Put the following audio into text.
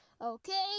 Okay